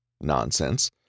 nonsense